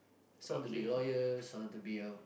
some to be lawyers some to be a